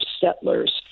settlers